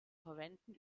verwenden